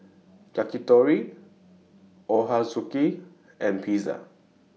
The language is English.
Yakitori Ochazuke and Pizza